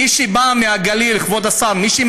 מי שבאה מהגליל, כבוד השר, לא.